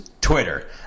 Twitter